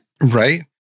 Right